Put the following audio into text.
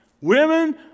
Women